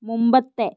മുമ്പത്തെ